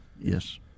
Yes